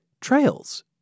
trails